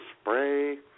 spray